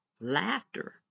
laughter